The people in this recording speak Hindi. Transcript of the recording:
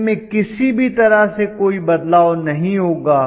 इनमें किसी भी तरह से कोई बदलाव नहीं होगा